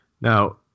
Now